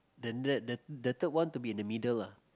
then after that the third one to be in the middle ah